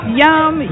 yum